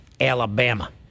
Alabama